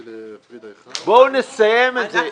בואו נסיים את זה.